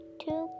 two